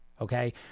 Okay